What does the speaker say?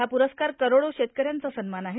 हा पुरस्कार करोडो शेतकऱ्यांचा सन्मान आहे